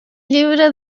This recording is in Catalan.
llibre